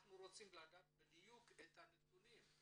אנחנו רוצים לדעת בדיוק את הנתונים.